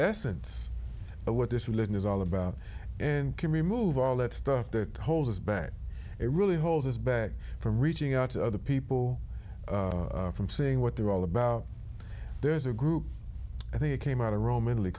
essence of what this religion is all about and can remove all that stuff that holds us back it really holds us back from reaching out to other people from seeing what they're all about there's a group i think came out of rome